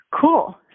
Cool